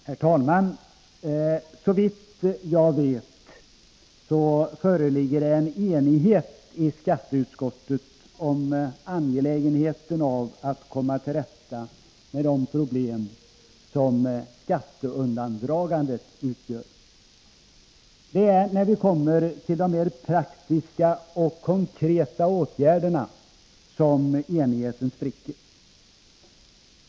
Herr talman! Såvitt jag vet föreligger det enighet i skatteutskottet om angelägenheten av att komma till rätta med de problem som skatteundandragandet utgör. Det är när vi kommer till mer praktiska och konkreta åtgärder som enigheten spricker.